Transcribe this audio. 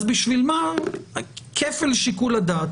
אז בשביל מה כפל שיקול הדעת?